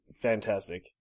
fantastic